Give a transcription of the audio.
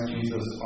Jesus